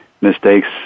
mistakes